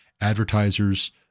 advertisers